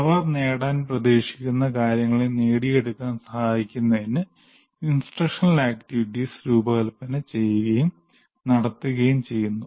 അവർ നേടാൻ പ്രതീക്ഷിക്കുന്ന കാര്യങ്ങൾ നേടിയെടുക്കാൻ സഹായിക്കുന്നതിന് instructional activities രൂപകൽപ്പന ചെയ്യുകയും നടത്തുകയും ചെയ്യുന്നു